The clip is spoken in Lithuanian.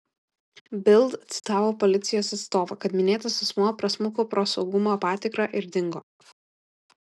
bild citavo policijos atstovą kad minėtas asmuo prasmuko pro saugumo patikrą ir dingo